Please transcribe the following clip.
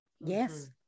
Yes